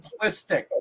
simplistic